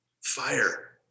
Fire